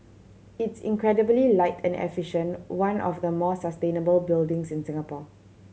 it's incredibly light and efficient one of the more sustainable buildings in the Singapore